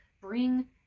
bring